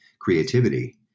creativity